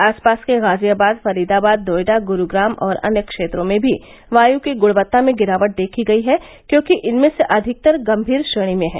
आसपास के गाजियाबाद फरीदाबाद नोएडा गुरूग्राम और अन्य क्षेत्रों में भी वायू की गुणवत्ता में गिरावट देखी गई है क्योंकि इनमें से अधिकतर गंभीर श्रेणी में हैं